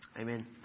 amen